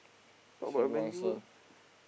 answer